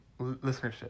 listenership